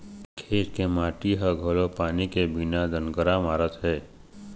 खेत के माटी ह घलोक पानी के बिना दनगरा मारत हे